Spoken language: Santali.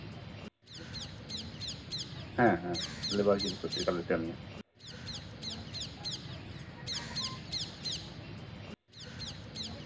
ᱦᱮᱸ ᱦᱮᱸ ᱵᱟᱠᱡᱩᱞᱩ ᱯᱚᱛᱨᱤᱠᱟ ᱨᱮᱞᱮ ᱠᱟᱢᱤᱭᱟ